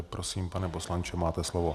Prosím, pane poslanče, máte slovo.